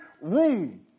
room